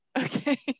okay